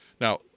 Now